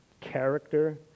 character